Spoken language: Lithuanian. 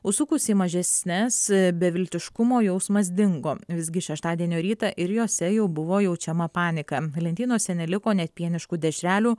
užsukus į mažesnes beviltiškumo jausmas dingo visgi šeštadienio rytą ir jose jau buvo jaučiama panika lentynose neliko net pieniškų dešrelių